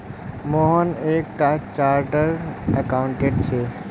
मोहन एक टा chartered accountant छे